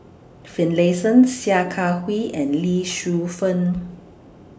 Finlayson Sia Kah Hui and Lee Shu Fen